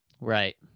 Right